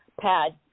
pad